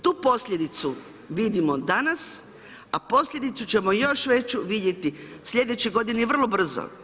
Tu posljedicu, vidimo danas, a posljedicu ćemo još veću vidjeti sljedeće godine i vrlo brzo.